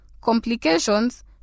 complications